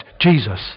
Jesus